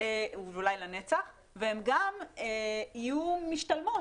אולי לנצח והם גם יהיו משתלמות.